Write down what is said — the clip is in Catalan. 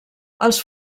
els